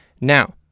Now